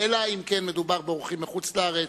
אלא אם כן מדובר באורחים מחוץ-לארץ.